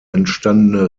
entstandene